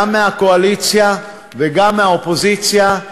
גם מהקואליציה וגם מהאופוזיציה,